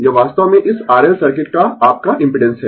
यह वास्तव में इस R L सर्किट का आपका इम्पिडेंस है